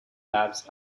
hubs